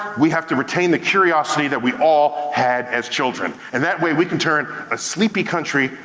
we have to retain the curiosity that we all had as children. and that way, we can turn a sleepy country,